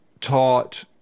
taught